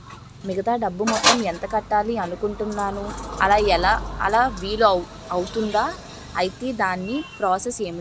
మిగతా డబ్బు మొత్తం ఎంత కట్టాలి అనుకుంటున్నాను అలా వీలు అవ్తుంధా? ఐటీ దాని ప్రాసెస్ ఎంటి?